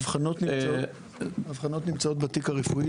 האבחנות נמצאות בתיק הרפואי.